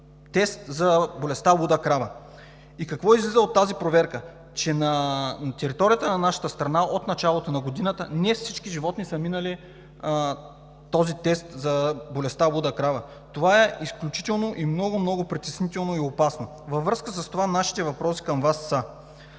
тест за болестта „луда крава“. И какво излиза от тази проверка? На територията на нашата страна от началото на годината не всички животни са минали теста за болестта „луда крава“. Това е изключително много, много притеснително и опасно. Във връзка с това нашите въпроси към Вас са: